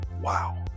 Wow